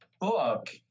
book